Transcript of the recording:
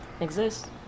exist